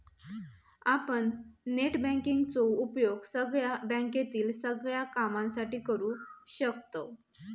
आपण net banking चो उपयोग आपल्या बँकेतील सगळ्या कामांसाठी करू शकतव